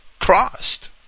crossed